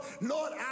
Lord